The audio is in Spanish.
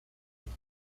liga